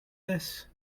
this